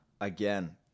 Again